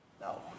No